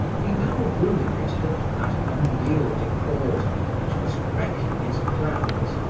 he now ruminated upon that unyielding order which was wrecking his plans,